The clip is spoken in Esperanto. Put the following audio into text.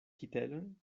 kitelon